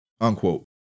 unquote